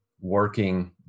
working